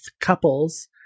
couples